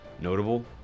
notable